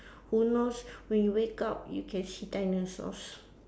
who knows when you wake up you can see dinosaurs